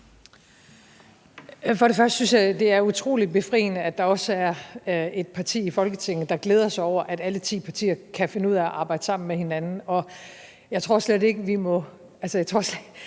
sige, at jeg synes, det er utrolig befriende, at der også er et parti i Folketinget, der glæder sig over, at alle ti partier kan finde ud af at arbejde sammen med hinanden. Jeg tror, danskerne er